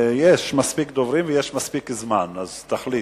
יש מספיק דוברים ויש מספיק זמן, אז תחליט.